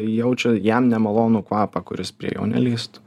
jaučia jam nemalonų kvapą kuris prie jo nelįstų